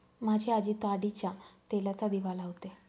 माझी आजी ताडीच्या तेलाचा दिवा लावते